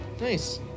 Nice